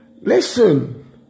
listen